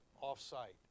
off-site